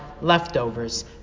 leftovers